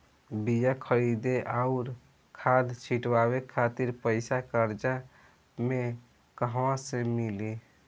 बीया खरीदे आउर खाद छिटवावे खातिर पईसा कर्जा मे कहाँसे मिली?